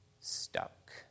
stuck